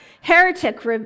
Heretic